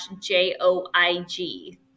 J-O-I-G